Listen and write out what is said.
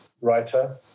writer